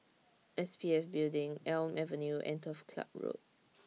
S P F Building Elm Avenue and Turf Ciub Road